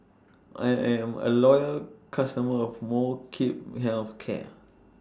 I Am A Loyal customer of Molnylcke Health Care